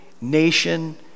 nation